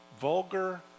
vulgar